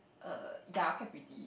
err ya quite pretty